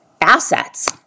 assets